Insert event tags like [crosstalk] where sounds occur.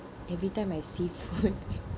every time I see food [laughs]